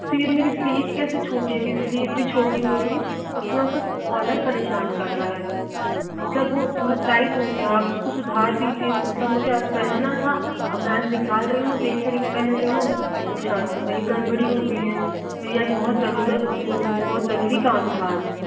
फिर मेरी स्लीप कैसे छोटी स्लीप भी छोटी हो रही है और थोड़ा सा कोलर परेशान कर रहा है मतलब वो थोड़ा टाइट हो गया आप उसको सुधार दीजिए मतलब मुझे आज पहनना था अब मैं आज निकाल रही हूँ देख रही हूँ पहन रही हूँ तो शर्ट में ही गड़बड़ी हो गई है मेरी आज बहुत जरूरत मुझे बहुत जरूरी काम था आज